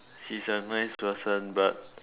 she is a nice person but